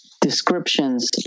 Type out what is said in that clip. descriptions